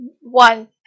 one